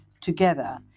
together